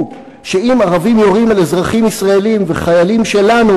שאם ערבים יורים על אזרחים ישראלים וחיילים שלנו,